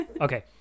okay